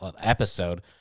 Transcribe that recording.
episode